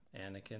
Anakin